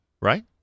right